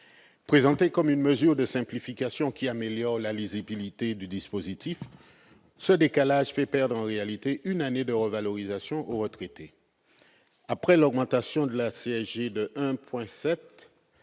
Présenté comme une mesure de simplification qui améliore la lisibilité du dispositif, ce décalage fait en réalité perdre une année de revalorisation aux retraités. Après l'augmentation de 1,7